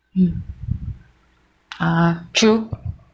mm ah true